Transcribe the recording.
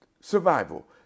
survival